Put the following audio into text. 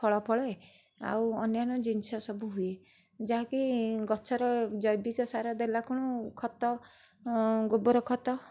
ଫଳ ଫଳେ ଆଉ ଅନ୍ୟାନ୍ୟ ଜିନିଷ ସବୁ ହୁଏ ଯାହାକି ଗଛରେ ଜୈବିକ ସାର ଦେଲାକୁଣୁ ଖତ ଗୋବର ଖତ